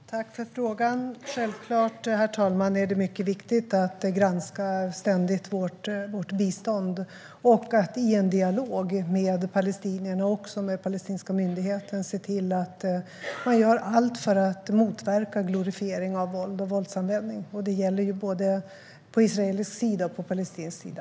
Herr talman! Tack för frågan! Självklart är det mycket viktigt att ständigt granska vårt bistånd och att i dialog med palestinierna och palestinska myndigheten se till att man gör allt för att motverka glorifiering av våld och våldsanvändning. Det gäller både på israelisk sida och på palestinsk sida.